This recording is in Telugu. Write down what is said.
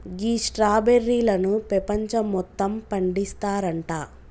గీ స్ట్రాబెర్రీలను పెపంచం మొత్తం పండిస్తారంట